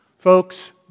Folks